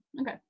Okay